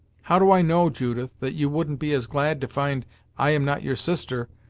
how do i know, judith, that you wouldn't be as glad to find i am not your sister,